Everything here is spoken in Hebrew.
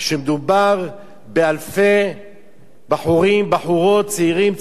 כשמדובר באלפי בחורים ובחורות, צעירים וצעירות,